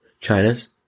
China's